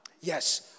Yes